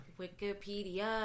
Wikipedia